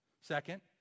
Second